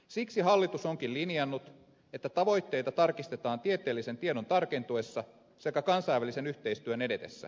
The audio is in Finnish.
siksi hallitus onkin linjannut että tavoitteita tarkistetaan tieteellisen tiedon tarkentuessa sekä kansainvälisen yhteistyön edetessä